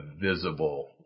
visible